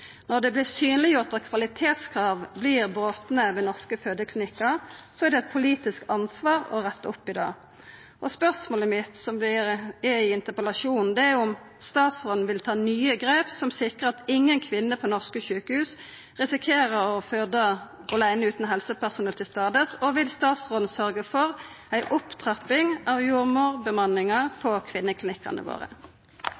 Når det vert synleggjort at kvalitetskrav vert brotne ved norske fødeklinikkar, er det eit politisk ansvar å retta opp i det. Spørsmålet mitt i interpellasjonen er om statsråden vil ta nye grep, som sikrar at inga kvinne på norske sjukehus risikerer å føda åleine utan helsepersonell til stades. Og vil statsråden sørgja for ei opptrapping av jordmorbemanninga